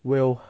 will